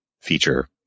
feature